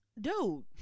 Dude